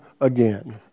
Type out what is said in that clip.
again